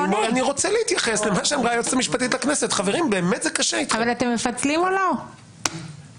עלול להחליש בסופו של דבר את הכנסת ואת המעמד שלה בוועדה הזאת.